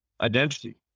identity